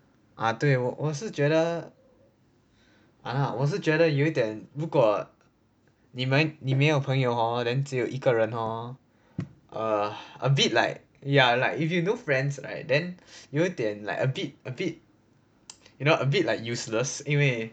ah 对我我是觉得 ah 我是觉得有点如果你们你没有朋友 hor then 只有一个人 hor err a bit like ya like if you no friends right then 有点 like a bit a bit you know a bit like useless 因为